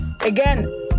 again